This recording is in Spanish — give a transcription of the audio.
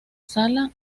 sala